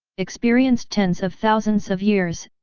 experienced tens of thousands of years,